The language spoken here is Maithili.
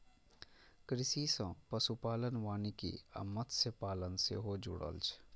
कृषि सं पशुपालन, वानिकी आ मत्स्यपालन सेहो जुड़ल छै